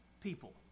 people